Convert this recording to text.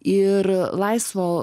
ir laisvo